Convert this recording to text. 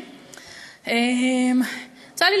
חבר הכנסת יעקב מרגי ואחרים.